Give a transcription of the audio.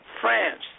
France